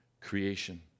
creation